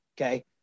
Okay